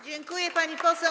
Dziękuję, pani poseł.